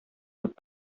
дип